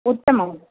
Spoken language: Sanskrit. उत्तमम्